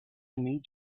need